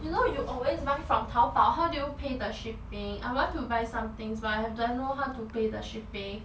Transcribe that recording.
you know you always buy from tao bao how do you pay the shipping I want to buy some things but I don't know how to pay the shipping